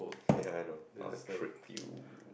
ya I know I will trip you